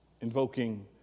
invoking